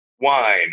wine